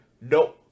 No